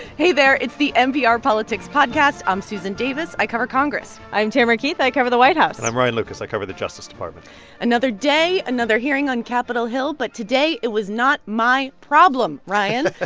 hey, there. it's the npr politics podcast. i'm susan davis. i cover congress i'm tamara keith. i cover the white house and i'm ryan lucas. i cover the justice department another day, another hearing on capitol hill. but today, it was not my problem, ryan. ah